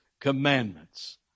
commandments